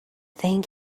thank